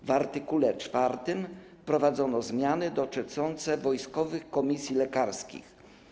W art. 4 wprowadzono zmiany dotyczące wojskowych komisji lekarskich.